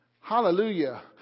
Hallelujah